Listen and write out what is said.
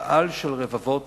קהל של רבבות